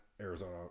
Arizona